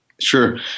Sure